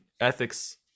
ethics